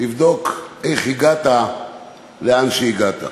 לבדוק איך הגעת לאן שהגעת.